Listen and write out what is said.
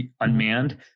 unmanned